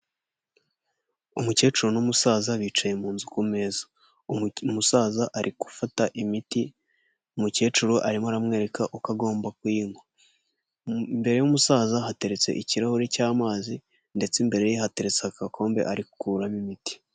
Umukecuru n'umusaza bicaye mu nzu ku meza umusaza ari gufata imiti, umukecuru arimo aramwereka uko agomba kuyinywa mbere y'umusaza hateretse ikirahuri cy'amazi ndetse imbere ye hateretse agakombe ari gukuramo imiti.